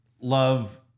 love